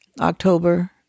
October